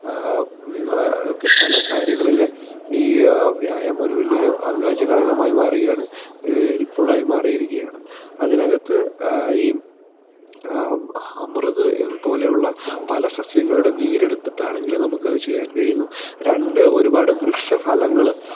ഒക്കെ പല കാര്യങ്ങളില് ഈ വ്യായാമമൊരു വലിയൊരു അവിഭാജ്യഘടകമായി മാറുകയാണ് ഒരൊരു ഹെൽപ്ഫുള്ളായി മാറിയിരിക്കുകയാണ് അതിനകത്ത് ഈ അമൃത് പോലെയുള്ള പല സസ്യങ്ങളുടെ നീരെടുത്തിട്ടാണെങ്കിലും നമുക്കത് ചെയ്യാൻ കഴിയുന്നു രണ്ട് ഒരുപാട് വൃക്ഷ ഫലങ്ങള്